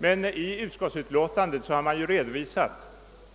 Men i utskottsutlåtandet har det redovisats